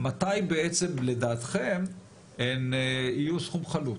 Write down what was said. מתי בעצם לדעתכם הן יהיו סכום חלוט?